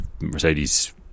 Mercedes